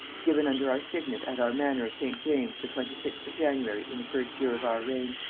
given under our signet at our manor of st. james's the twenty sixth of january in the first year of our reign.